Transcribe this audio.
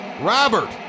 Robert